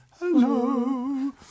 hello